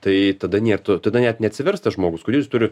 tai tada nier to tada net neatsivers tas žmogus kodėl jis turi